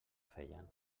feien